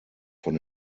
von